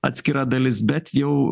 atskira dalis bet jau